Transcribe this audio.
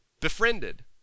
befriended